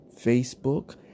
Facebook